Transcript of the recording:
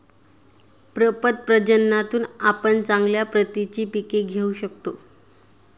प्रपद प्रजननातून आपण चांगल्या प्रतीची पिके घेऊ शकतो